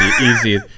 Easy